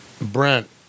Brent